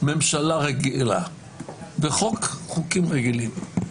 ממשלה רגילה וחוקים רגילים.